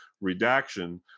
redaction